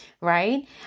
right